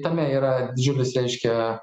tame yra didžiulis reiškia